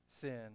sin